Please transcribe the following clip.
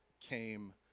came